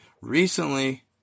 recently